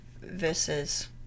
versus